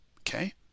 Okay